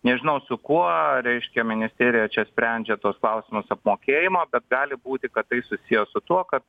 nežinau su kuo reiškia ministėrija čia sprendžia tuos klausimus apmokėjimo bet gali būti kad tai susiję su tuo kad